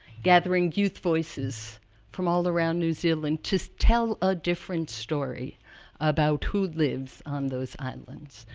gathering youth voices from all around new zealand to so tell a different story about who lives on those islands.